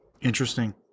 Interesting